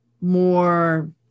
more